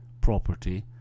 property